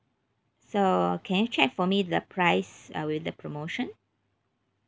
so can you check for me the price uh with the promotion